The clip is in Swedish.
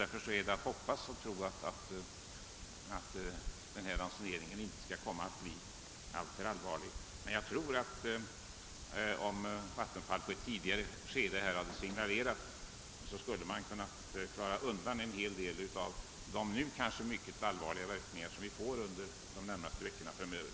Därför är det att hoppas och tro att denna ransonering inte skall bli alltför allvarlig. Men om Vattenfall i ett tidigare skede hade signalerat, tror jag att det hade varit möjligt att undvika en del av de mycket allvarliga verkningar som vi nu kommer att få under de närmaste veckorna framöver.